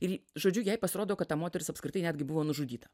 ir žodžiu jai pasirodo kad ta moteris apskritai netgi buvo nužudyta